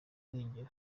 irengero